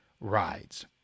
Rides